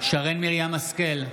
שרן מרים השכל,